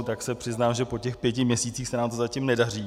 Tak se přiznám, že po těch pěti měsících se nám to zatím nedaří.